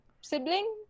sibling